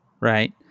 right